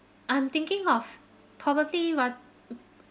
I'm thinking of probably on